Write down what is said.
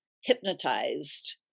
hypnotized